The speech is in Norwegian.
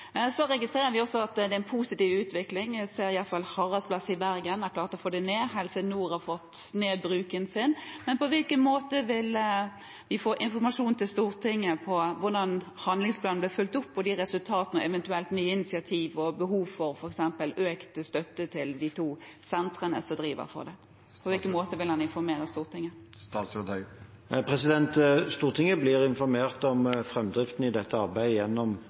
Så registrerer vi også at det er en positiv utvikling. Jeg ser at Haraldsplass i Bergen har klart å få bruken ned, og Helse Nord har fått ned bruken sin. På hvilken måte vil vi få informasjon til Stortinget om hvordan handlingsplanen blir fulgt opp, og om resultatene og eventuelt nye initiativ og behov for f.eks. økt støtte til de to sentrene som driver? På hvilken måte vil statsråden informere Stortinget? Stortinget blir informert om framdriften i dette arbeidet gjennom